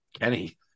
Kenny